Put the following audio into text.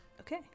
Okay